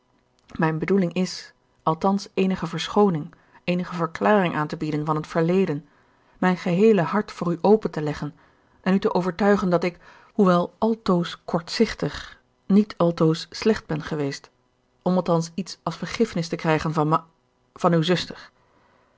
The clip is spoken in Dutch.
mijn bedoeling is althans eenige verschooning eenige verklaring aan te bieden van het verleden mijn geheele hart voor u open te leggen en u te overtuigen dat ik hoewel altoos kortzichtig niet altoos slecht ben geweest om althans iets als vergiffenis te verkrijgen van ma van uwe zuster